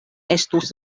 estus